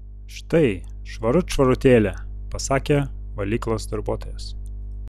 štai švarut švarutėlė pasakė valyklos darbuotojas